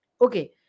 Okay